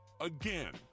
again